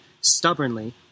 stubbornly